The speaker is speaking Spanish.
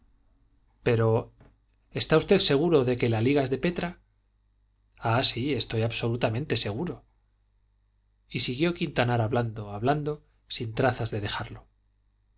pero está usted seguro de que la liga es de petra ah sí estoy absolutamente seguro y siguió quintanar hablando hablando sin trazas de dejarlo